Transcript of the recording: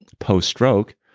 post stroke,